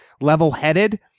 level-headed